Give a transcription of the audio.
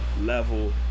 level